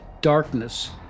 darkness